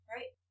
Right